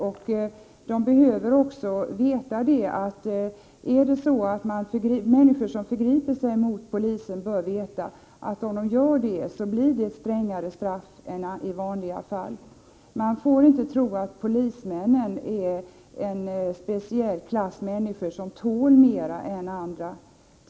Och människor bör veta att om de förgriper sig mot polisman, så blir det ett strängare straff än i vanliga fall. Man får inte tro att polismännen är en speciell klass människor som tål mer än andra.